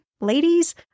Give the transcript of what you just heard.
ladies